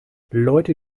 leute